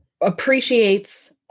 appreciates